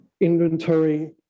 inventory